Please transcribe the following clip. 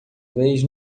vez